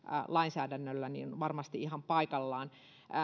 lainsäädännöllä on varmasti ihan paikallaan